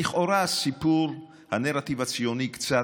לכאורה, הסיפור, הנרטיב הציוני קצת,